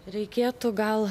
reikėtų gal